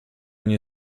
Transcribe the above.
nie